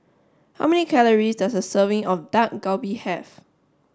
how many calories does a serving of Dak Galbi have